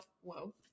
whoa